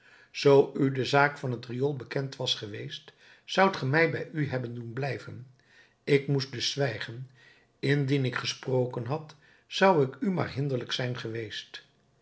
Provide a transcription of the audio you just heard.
zoo u de zaak van het riool bekend was geweest zoudt ge mij bij u hebben doen blijven ik moest dus zwijgen indien ik gesproken had zou ik u maar hinderlijk zijn geweest